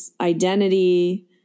identity